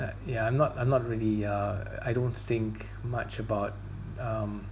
uh yeah I'm not I'm not really uh I don't think much about um